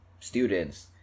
students